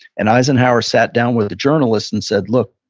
and eisenhower sat down with a journalist and said, look,